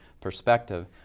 perspective